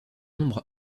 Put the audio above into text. nombre